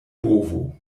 bovo